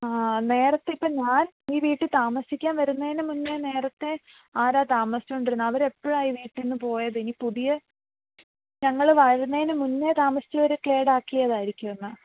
ആ നേരത്തെ ഇപ്പം ഞാൻ ഈ വീട്ടിൽ താമസിക്കാൻ വരുന്നതിന് മുന്നേ നെരത്തെ ആരാണ് താമസിച്ചോണ്ടിരുന്നത് അവർ എപ്പോഴാണ് ഈ വീട്ടീന്ന് പോയത് ഇനി പുതിയ ഞങ്ങൾ വരുന്നതിന് മുന്നേ താമസിച്ചവർ കേടാക്കിയതായിരിക്കും എന്നാൽ